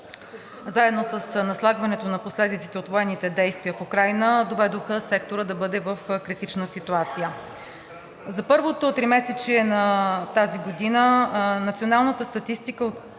заедно с наслагването на последиците от военните действия в Украйна доведоха сектора да бъде в критична ситуация. За първото тримесечие на тази година националната статистика